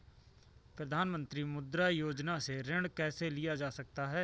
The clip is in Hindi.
प्रधानमंत्री मुद्रा योजना से ऋण कैसे लिया जा सकता है?